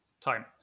time